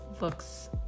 looks